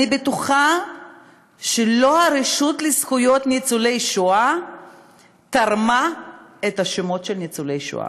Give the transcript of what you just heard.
אני בטוחה שלא הרשות לזכויות ניצולי שואה תרמה את השמות של ניצולי שואה.